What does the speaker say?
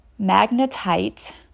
magnetite